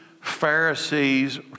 Pharisees